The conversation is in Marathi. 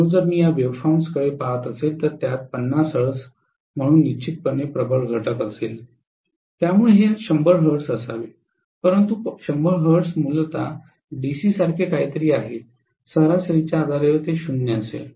म्हणून जर मी या वेव्हफॉर्मकडे पहात असेल तर त्यात 50 हर्ट्ज म्हणून निश्चितपणे प्रबळ घटक असेल त्यापुढे हे 100 हर्ट्ज असावे परंतु 100 हर्ट्झ मूलत डीसीसारखे काहीतरी आहे सरासरीच्या आधारावर ते 0 असेल